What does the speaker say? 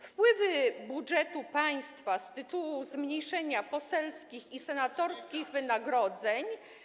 Wpływy budżetu państwa z tytułu zmniejszenia poselskich i senatorskich wynagrodzeń.